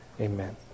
Amen